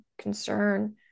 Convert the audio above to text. concern